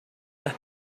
las